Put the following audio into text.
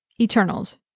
Eternals